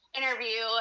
interview